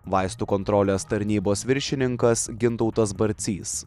vaistų kontrolės tarnybos viršininkas gintautas barcys